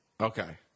Okay